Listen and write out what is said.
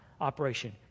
Operation